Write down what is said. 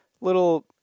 little